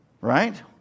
right